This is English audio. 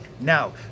Now